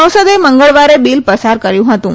સંસદે મંગળવારે બિલ પસાર કર્યું હતું